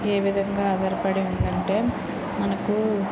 ఏ విధంగా ఆధారపడి ఉంది అంటే మనకు